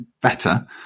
better